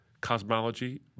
cosmology